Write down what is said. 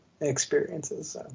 Experiences